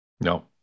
No